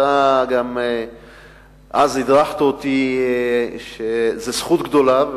אתה גם הדרכת אותי שזו זכות גדולה,